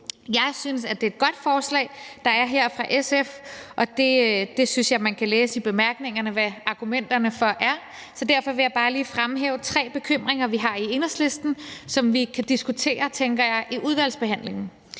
Jeg synes, det er et godt forslag, der er her fra SF, og det mener jeg man kan læse i bemærkningerne hvad argumenterne for er, så derfor vil jeg bare lige fremhæve tre bekymringer, vi har i Enhedslisten, og som vi kan diskutere, tænker jeg, i udvalgsbehandlingen.